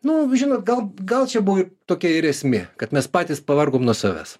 nu žinot gal gal čia buvo tokia ir esmė kad mes patys pavargom nuo savęs